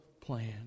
plan